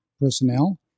personnel